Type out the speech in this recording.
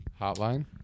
hotline